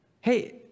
Hey